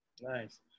Nice